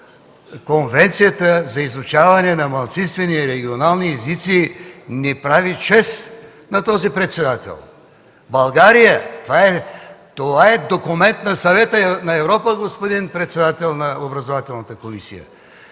Конвенцията за изучаване на малцинствени и регионални езици – това не прави чест на този председател! Това е документ на Съвета на Европа, господин председател на Образователната комисия!